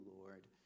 Lord